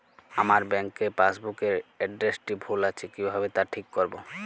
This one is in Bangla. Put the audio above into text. আমার ব্যাঙ্ক পাসবুক এর এড্রেসটি ভুল আছে কিভাবে তা ঠিক করবো?